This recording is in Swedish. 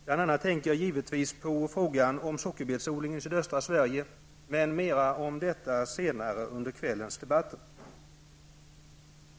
Jag tänker givetvis bl.a. på frågan om sockerbetsodlingen i sydöstra Sverige, men det blir mer om detta senare under kvällens debatt.